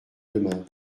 demain